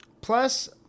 Plus